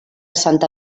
santa